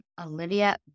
Olivia